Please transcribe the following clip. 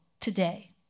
today